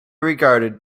regarded